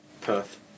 Perth